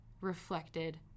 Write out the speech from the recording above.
reflected